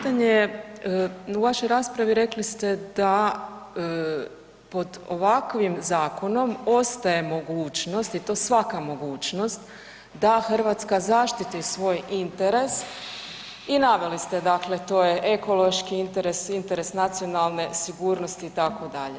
Ovako moje pitanje u vašoj raspravi rekli ste da pod ovakvim zakonom ostaje mogućnost i to svaka mogućnost da Hrvatska zaštiti svoj interes i naveli ste to je ekološki interes, interes nacionalne sigurnosti itd.